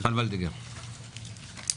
מיכל וולדיגר,